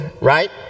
right